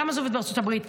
למה זה עובד בארצות הברית?